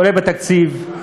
אולי בתקציב,